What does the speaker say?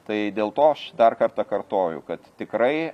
tai dėl to aš dar kartą kartoju kad tikrai